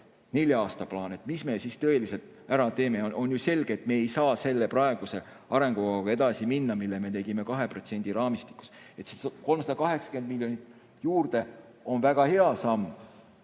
nelja aasta plaan – mis me siis tõeliselt ära teeme? On selge, et me ei saa edasi minna praeguse arengukavaga, mille me tegime 2% raamistikus. 380 miljonit juurde on väga hea samm.